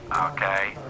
Okay